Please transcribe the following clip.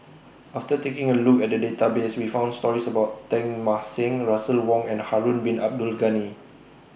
after taking A Look At The Database We found stories about Teng Mah Seng Russel Wong and Harun Bin Abdul Ghani